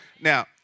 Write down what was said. Now